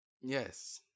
Yes